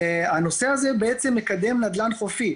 והנושא הזה בעצם מקדם נדל"ן חופי.